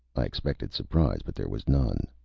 i'd expected surprise, but there was none.